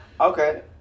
okay